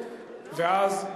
ואז,